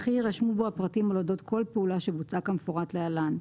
וכי יירשמו בו הפרטים על אודות כל פעולה שבוצעה כמפורט להלן: